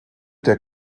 der